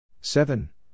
seven